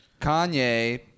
Kanye